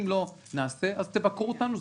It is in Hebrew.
אם לא נעשה תבקרו אותנו,